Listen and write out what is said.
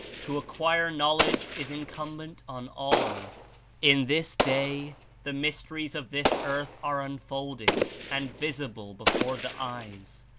to acquire knowledge is incumbent on all in this day the mysteries of this earth are unfolded and visible before the eyes,